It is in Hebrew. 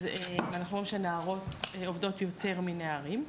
אז אנחנו רואים שנערות עובדות יותר מנערים.